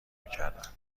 میکردن